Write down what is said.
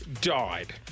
Died